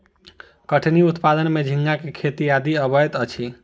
कठिनी उत्पादन में झींगा के खेती आदि अबैत अछि